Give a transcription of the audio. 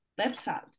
website